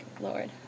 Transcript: Lord